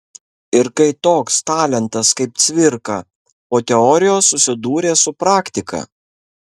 ir kai toks talentas kaip cvirka po teorijos susidūrė su praktika